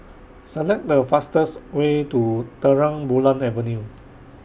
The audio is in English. Select The fastest Way to Terang Bulan Avenue